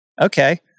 okay